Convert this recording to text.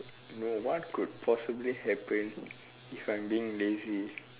no what could possibly happen if I'm being lazy